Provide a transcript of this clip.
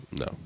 No